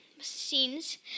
scenes